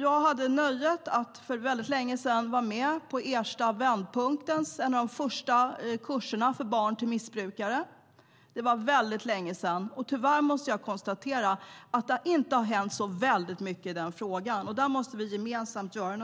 Jag hade för länge sedan nöjet att vara med på en av Ersta Vändpunktens första kurser för barn till missbrukare. Det var väldigt länge sedan. Och tyvärr måste jag konstatera att det inte har hänt särskilt mycket i frågan. Vi måste göra något gemensamt där.